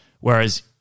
Whereas